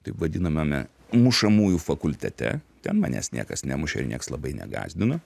taip vadinamame mušamųjų fakultete ten manęs niekas nemušė ir nieks labai negąsdino